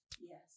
Yes